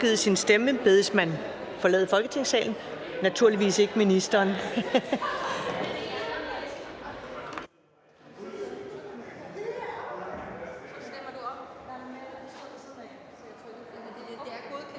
bedes man forlade Folketingssalen. Det gælder naturligvis ikke ministeren.